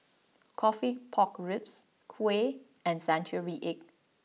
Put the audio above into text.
Coffee Pork Ribs Kuih and Century Egg